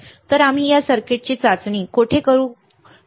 तर आम्ही या सर्किटची चाचणी कोठे करू शकतो